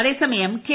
അതേസമയം കെ